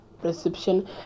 perception